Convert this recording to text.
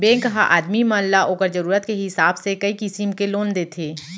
bank ह आदमी मन ल ओकर जरूरत के हिसाब से कई किसिम के लोन देथे